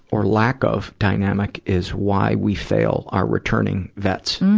or lack of dynamic, is why we fail our returning vets.